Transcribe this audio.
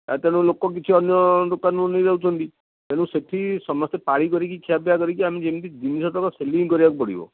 ତେଣୁ ଲୋକ କିଛି ଅନ୍ୟ ଦୋକାନରୁ ନେଇଯାଉଛନ୍ତି ତେଣୁ ସେଇଠି ସମସ୍ତେ ପାଳି କରିକି ଖିଆ ପିଆ କରିକି ଆମେ ଯେମିତି ଜିନିଷତକ ସେଲିଙ୍ଗ୍ କରିବାକୁ ପଡ଼ିବ